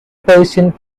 persian